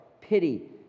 pity